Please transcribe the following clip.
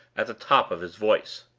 at the top of his voice.